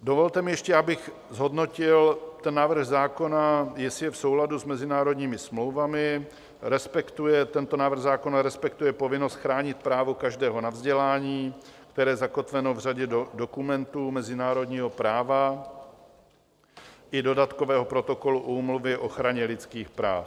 Dovolte mi ještě, abych zhodnotil ten návrh zákona, jestli je v souladu s mezinárodními smlouvami, respektuje tento návrh zákona povinnost chránit právo každého na vzdělání, které je zakotveno v řadě dokumentů mezinárodního práva i dodatkového protokolu Úmluvy o ochraně lidských práv.